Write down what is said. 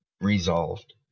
resolved